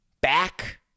back